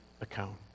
account